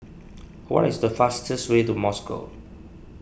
what is the fastest way to Moscow